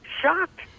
Shocked